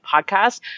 podcast